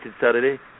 Saturday